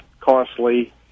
costly